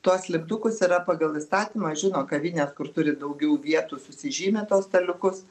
tuos lipdukus yra pagal įstatymą žino kavinė kur turi daugiau vietų susižymėti tuos staliukus